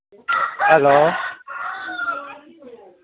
hello